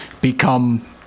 become